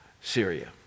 Syria